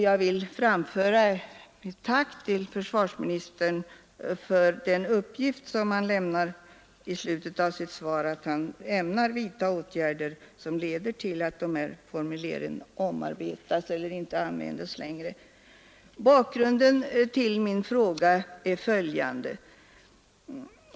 Jag vill också framföra ett tack till försvarsministern för den uppgift som han lämnar i slutet av sitt svar, att han ämnar vidta åtgärder som leder till att formulären omarbetas eller inte längre används. Bakgrunden till min fråga är följande.